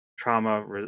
trauma